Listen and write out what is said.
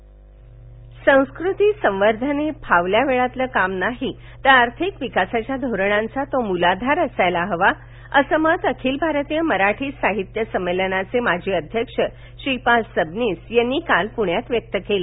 प्रकाशन संस्कृती संवर्धन हे फावल्या वेळातल काम नाही तर आर्थिक विकासाच्या धोरणांचा तो मूलाधार असायला हवा अस मत अखिल भारतीय मराठी साहित्य संमेलनाचे माजी अध्यक्ष श्रीपाल सबनीस यांनी काल पुण्यात व्यक्त केलं